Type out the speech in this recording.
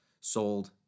sold